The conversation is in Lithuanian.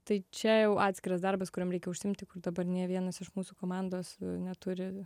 tai čia jau atskiras darbas kuriam reikia užsiimti kur dabar nė vienas iš mūsų komandos neturi